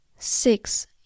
Six